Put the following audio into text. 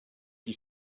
qui